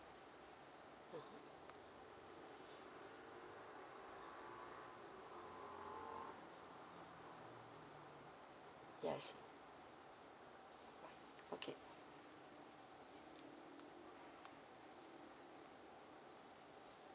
ah ha yes okay